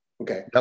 Okay